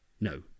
No